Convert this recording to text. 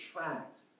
attract